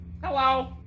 Hello